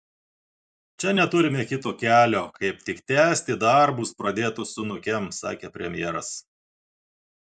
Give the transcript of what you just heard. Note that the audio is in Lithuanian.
čia neturime kito kelio kaip tik tęsti darbus pradėtus su nukem sakė premjeras